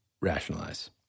Rationalize